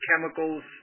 chemicals